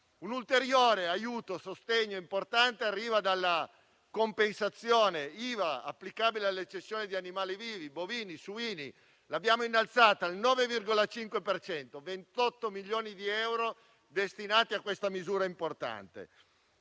Un ulteriore sostegno importante arriva dalla compensazione IVA applicabile alle cessioni di animali vivi (bovini e suini). L'abbiamo innalzata al 9,5 per cento: 28 milioni di euro sono destinati a questa misura importante.